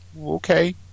okay